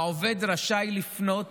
והעובד רשאי לפנות